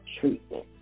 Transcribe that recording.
treatment